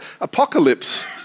Apocalypse